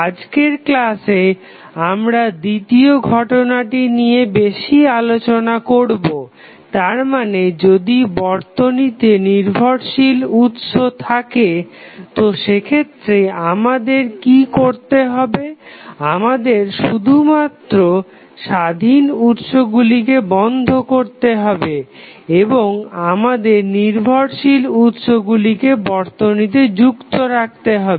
আজকের ক্লাসে আমরা দ্বিতীয় ঘটনা নিয়ে বেশি আলোচনা করবো তারমানে যদি বর্তনীতে নির্ভরশীল উৎস থাকে তো সেক্ষেত্রে আমাদের কি করতে হবে আমাদে শুধুমাত্র স্বাধীন উৎসগুলিকে বন্ধ করতে হবে এবং আমাদের নির্ভরশীল উৎসগুলিকে বর্তনীতে যুক্ত রাখতে হবে